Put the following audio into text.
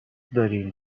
دارین